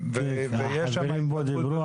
הלך באופן אקטיבי